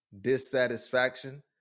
dissatisfaction